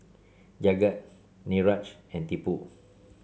Jagat Niraj and Tipu